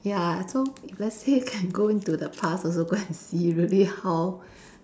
ya so let's say can go into the past also go and see really how